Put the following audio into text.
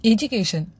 Education